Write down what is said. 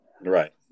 Right